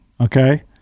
Okay